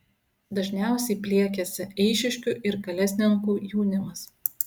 dažniausiai pliekiasi eišiškių ir kalesninkų jaunimas